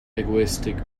egoistic